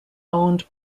owned